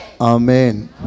Amen